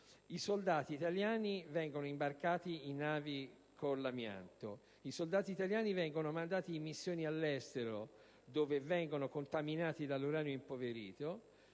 i soldati italiani vengono imbarcati in navi con l'amianto; vengono inviati in missioni all'estero dove vengono contaminati dall'uranio impoverito